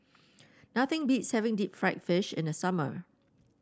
nothing beats having Deep Fried Fish in the summer